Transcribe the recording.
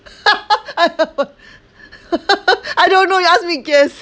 I don't know you ask me guess